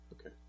Okay